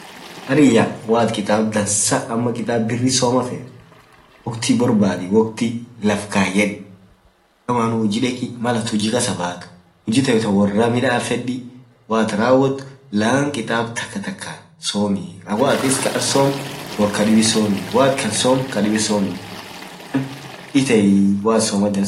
harriyya malatin kitaab dansa ama kitaab biri somaa feet, woat boarbadi laaf kaayed diramanuu hujii dekii malaatin hujii kasaa baat huji tee taa woraa midafedii, woaatin rawoat laan kitaab takatakaan somiiwoat arr kaan soam bor kadibii somii arr kan soamt bor kadibi somii.akass iteii.